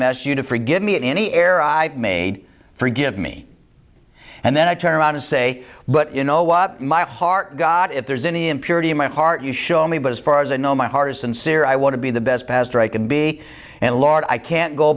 mess you to forgive me at any error i've made forgive me and then i turn around and say but you know what my heart god if there's any impurity in my heart you show me but as far as i know my heart is sincere i want to be the best pastor i can be and lord i can't go